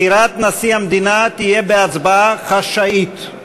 בחירת נשיא המדינה תהיה בהצבעה חשאית.